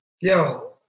yo